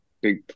big